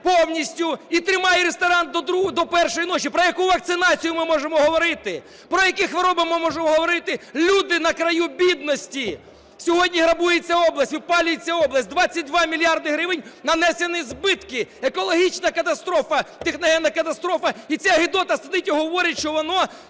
повністю і тримає ресторан до першої ночі. Про яку вакцинацію ми можемо говорити?! Про які хвороби ми можемо говорити?! Люди на краю бідності. Сьогодні грабується область, випалюється область. 22 мільярди гривень – нанесені збитки. Екологічна катастрофа, техногенна катастрофа. І ця "гидота" сидить і говорить, що воно